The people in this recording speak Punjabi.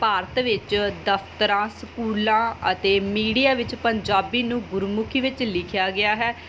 ਭਾਰਤ ਵਿੱਚ ਦਫਤਰਾਂ ਸਕੂਲਾਂ ਅਤੇ ਮੀਡੀਆ ਵਿੱਚ ਪੰਜਾਬੀ ਨੂੰ ਗੁਰਮੁਖੀ ਵਿੱਚ ਲਿਖਿਆ ਗਿਆ ਹੈ